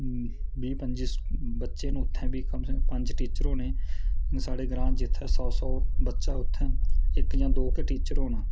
बीह् पं' ज्जी बच्चे न उत्थ ते पंज टीचर न उत्थैं साढै ग्रां जित्थै सौ सौ बच्चें न इक जां दो टीचर न